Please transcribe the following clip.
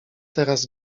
teraz